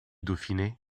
dauphiné